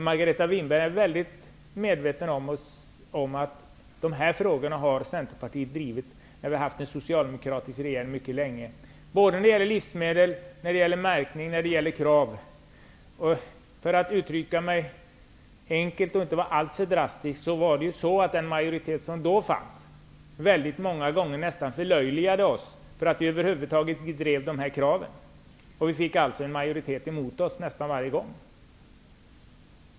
Margareta Winberg är väl medveten om att Centerpartiet drev dessa frågor mycket länge medan vi hade en socialdemokratisk regering. För att uttrycka det enkelt och inte allt för drastiskt, var förhållandet det att den majoritet som då fanns väldigt många gånger nästan förlöjligade oss för att vi över huvud taget drev kraven. Vi fick alltså en majoritet mot oss nästan varje gång.